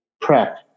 prep